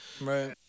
Right